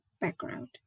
background